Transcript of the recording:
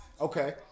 Okay